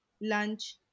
lunch